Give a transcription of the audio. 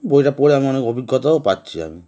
বইটা পড়ে আমি অনেক অভিজ্ঞতাও পাচ্ছি আমি